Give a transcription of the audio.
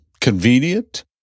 convenient